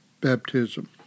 baptism